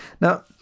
Now